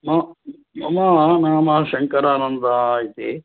म मम नाम शङ्करानन्दा इति